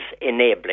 enabling